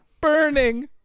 burning